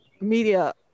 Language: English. media